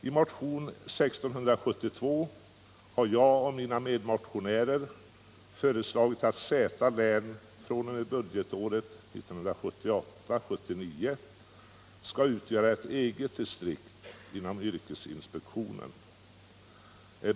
I motionen 1976 79 skall utgöra ett eget distrikt inom yrkesinspektionen.